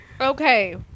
Okay